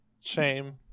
Shame